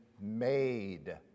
made